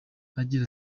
agira